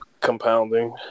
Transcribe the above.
compounding